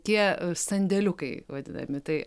tie sandėliukai vadinami tai